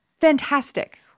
fantastic